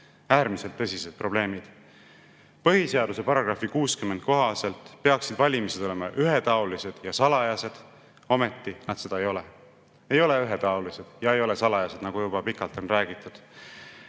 Äärmiselt tõsised probleemid! Põhiseaduse § 60 kohaselt peaksid valimised olema ühetaolised ja salajased. Ometi nad seda ei ole. Ei ole ühetaolised ja ei ole salajased, nagu juba pikalt on räägitud.